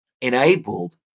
enabled